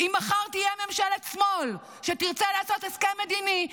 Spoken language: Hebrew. אם מחר תהיה ממשלת שמאל שתרצה לעשות הסכם מדיני,